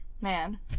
Man